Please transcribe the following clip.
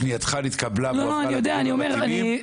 "פנייתך נתקבלה והועברה לגורמים המתאימים",